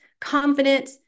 confident